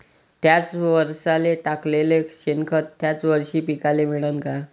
थ्याच वरसाले टाकलेलं शेनखत थ्याच वरशी पिकाले मिळन का?